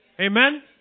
Amen